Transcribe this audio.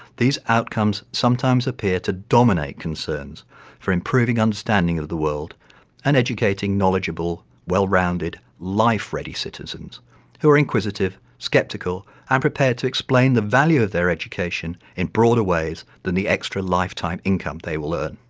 these outcomes sometimes appear to dominate concerns for improving understanding of the world and educating knowledgeable, well-rounded life ready citizens who are inquisitive, sceptical and prepared to explain the value of their education in broader ways than the extra lifetime income they will earn.